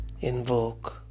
Invoke